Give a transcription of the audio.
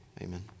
amen